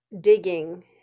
digging